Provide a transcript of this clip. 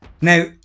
Now